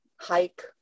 hike